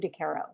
DeCaro